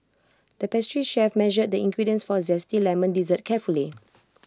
the pastry chef measured the ingredients for Zesty Lemon Dessert carefully